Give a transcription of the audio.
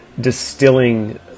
distilling